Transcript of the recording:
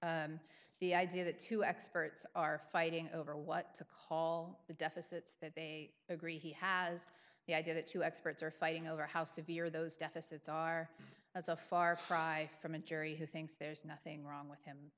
story the idea that two experts are fighting over what to call the deficit's that they agree he has the idea that two experts are fighting over how severe those deficits are that's a far cry from a jury who thinks there's nothing wrong with him